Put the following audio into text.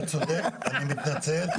אתה צודק, אני מתנצל.